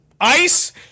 Ice